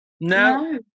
No